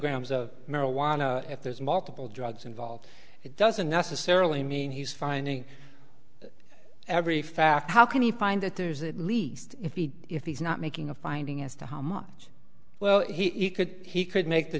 kilograms of marijuana if there's multiple drugs involved it doesn't necessarily mean he's finding every fact how can he find that there's at least if he if he's not making a finding as to how much well he could he could make the